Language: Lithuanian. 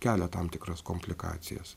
kelia tam tikras komplikacijas